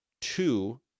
two